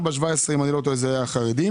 417 אם איני טועה היה החרדים,